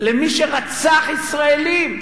למי שרצח ישראלים.